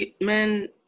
men